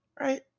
Right